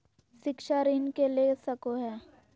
शिक्षा ऋण के ले सको है?